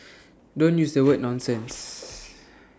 don't use the word nonsense